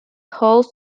host